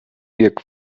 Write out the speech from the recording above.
bieg